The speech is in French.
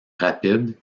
rapide